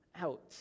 out